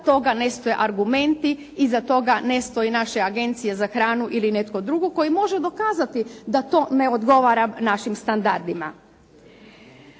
toga ne stoje argumenti, iza toga ne stoje naše agencije za hranu ili netko drugi, koji može dokazati da to ne odgovara našim standardima.